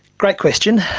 great question.